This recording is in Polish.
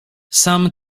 sam